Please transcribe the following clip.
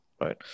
right